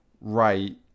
Right